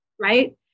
Right